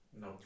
no